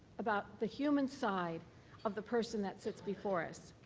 about the human side of the person that sits before us.